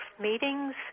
meetings